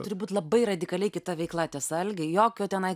turi būt labai radikaliai kita veikla tiesa algi jokio tenai